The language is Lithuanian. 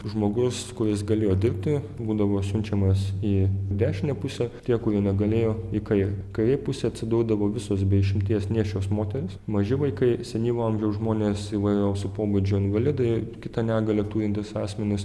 žmogus kuris galėjo dirbti būdavo siunčiamas į dešinę pusę tie kurie negalėjo į kairę kairėj pusėj atsidurdavo visos be išimties nėščios moterys maži vaikai senyvo amžiaus žmonės įvairiausio pobūdžio invalidai kitą negalią turintys asmenys